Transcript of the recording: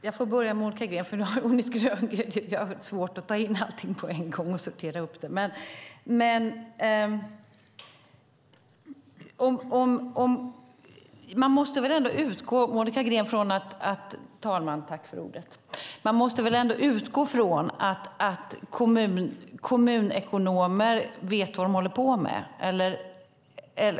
Fru talman! Jag får börja med att svara Monica Green. Jag har svårt att ta in allt på en gång och sortera upp det. Man måste väl ändå utgå från, Monica Green, att kommunekonomer vet vad de håller på med.